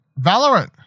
Valorant